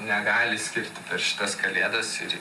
negali skirti per šitas kalėdas ir